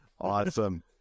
Awesome